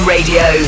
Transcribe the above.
Radio